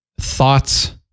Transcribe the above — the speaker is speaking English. thoughts